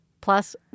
Plus